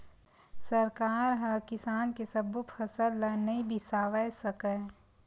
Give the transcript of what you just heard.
सरकार ह किसान के सब्बो फसल ल नइ बिसावय सकय